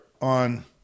on